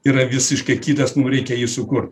yra visiški kitas mum reikia jį sukurt